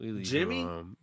Jimmy